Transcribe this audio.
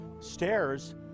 stairs